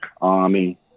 Army